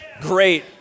Great